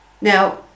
Now